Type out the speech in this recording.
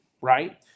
Right